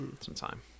sometime